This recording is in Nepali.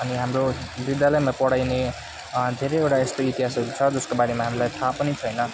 अनि हाम्रो विध्यालयमा पढाइने धेरैवटा यस्तो इतिहासहरू छ त्यसको बारेमा हामलाई थाहा पनि छैन